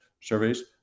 surveys